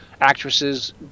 actresses